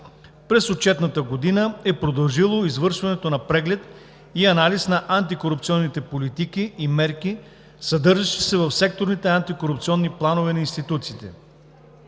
През отчетната година е продължило извършването на преглед и анализ на антикорупционните политики и мерки, съдържащи се в секторните антикорупционни планове на институциите.